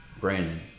Brandon